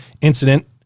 Incident